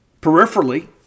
peripherally